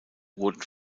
wurden